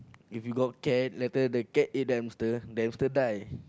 if you got cat later the cat eat the hamster the hamster die